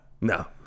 No